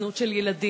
זנות של ילדים,